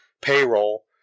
payroll